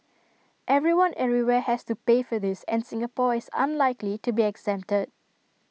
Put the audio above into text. everyone everywhere has to pay for this and Singapore is unlikely to be exempted